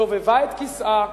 סובבה את כיסאה